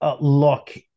look